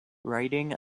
riding